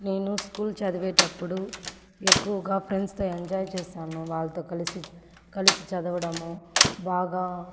నేను స్కూల్ చదివేటప్పుడు ఎక్కువగా ఫ్రెండ్స్తో ఎంజాయ్ చేసాను వాళ్ళతో కలిసి కలిసి చదవడము బాగా